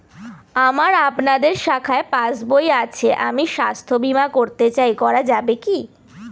আমার আপনাদের শাখায় পাসবই আছে আমি স্বাস্থ্য বিমা করতে চাই করা যাবে কি?